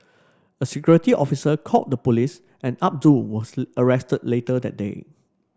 a security officer called the police and Abdul was arrested later that day